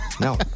No